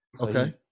okay